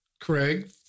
Craig